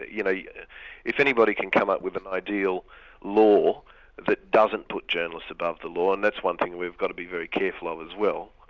you know yeah if anybody can come up with an ideal law that doesn't put journalists above the law, and that's one thing we've got to be very careful of as well,